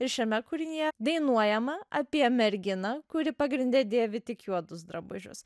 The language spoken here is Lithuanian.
ir šiame kūrinyje dainuojama apie merginą kuri pagrinde dėvi tik juodus drabužius